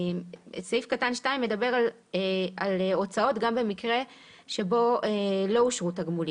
סעיף קטן (2) מדבר על הוצאות גם במקרה שבו לא אושרו תגמולים.